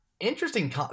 interesting